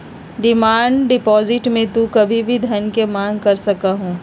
demand deposit में तू कभी भी धन के मांग कर सका हीं